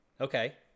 okay